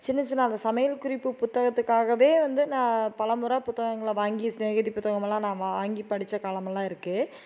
சின்ன சின்ன அந்த சமையல் குறிப்பு புத்தகத்துக்காகவே வந்து நான் பல முறை புத்தகங்களை வாங்கி ஸ்நேகிதி புத்தகமெல்லாம் நான் வாங்கி படித்த காலமெல்லாம் இருக்குது